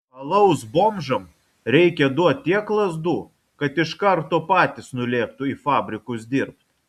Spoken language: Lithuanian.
alaus bomžam reik duot tiek lazdų kad iš karto patys nulėktų į fabrikus dirbt